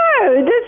No